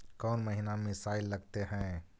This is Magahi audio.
कौन महीना में मिसाइल लगते हैं?